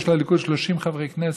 יש לליכוד 30 חברי כנסת,